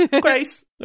grace